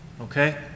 Okay